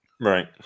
Right